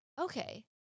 okay